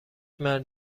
مرد